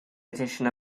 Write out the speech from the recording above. edition